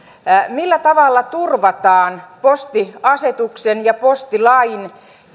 millä tavalla turvataan postiasetuksen ja postilain